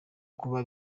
kuba